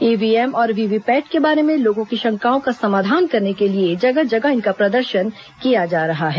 EVM और VVPAT के बारे में लोगों की शंकाओं का समाधान करने के लिए जगह जगह इनका प्रदर्शन किया जा रहा है